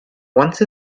once